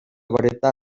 vareta